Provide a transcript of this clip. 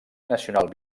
nacional